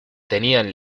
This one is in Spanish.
tenían